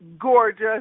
gorgeous